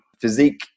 physique